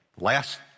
last